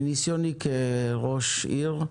מניסיוני כראש עיר,